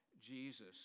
Jesus